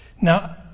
Now